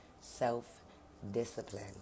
Self-discipline